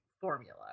formula